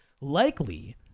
likely